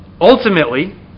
Ultimately